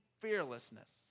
fearlessness